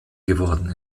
geworden